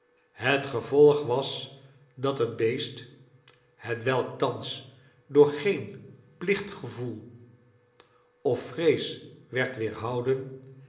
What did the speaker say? het gevolg was dat het beest hetwelk thans door geen plichtgevoel of vrees werd